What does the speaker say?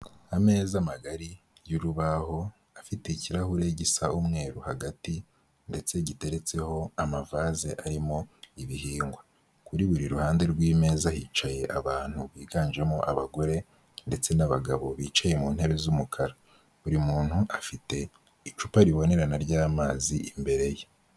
Ameza magari y'urubaho afite ikirahure gisa umweru hagati ndetse giteretseho amavaze arimo ibihingwa, kuri buri ruhande rw'imeza hicaye abantu biganjemo abagore ndetse n'abagabo bicaye mu ntebe z'umukara, buri muntu afite icupa ribonerana ry'amazi imbere ye.